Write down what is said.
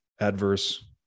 adverse